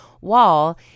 wall